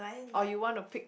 or you want to pick